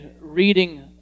reading